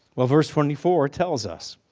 well verse twenty four tells us.